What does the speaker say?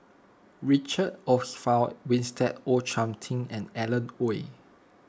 Richard Olaf Winstedt O Thiam Chin and Alan Oei